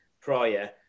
prior